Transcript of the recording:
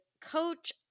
Coach